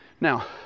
Now